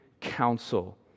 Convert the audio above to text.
counsel